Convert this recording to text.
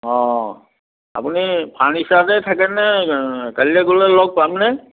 অ আপুনি ফাৰ্ণিচাৰতে থাকেনে কাইলৈ গ'লে লগ পামনে